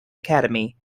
academy